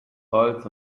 holz